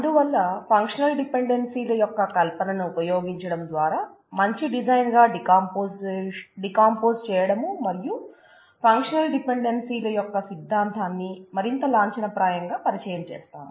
అందువల్ల ఫంక్షనల్ డిపెండెన్సీల చేయడం మరియు ఫంక్షనల్ డిపెండెన్సీల యొక్క సిద్దాంతాన్ని మరింత లాంఛనప్రాయం గా పరిచయం చేస్తాం